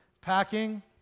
packing